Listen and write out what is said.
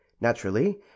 Naturally